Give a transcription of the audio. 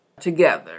together